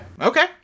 okay